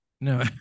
No